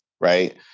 Right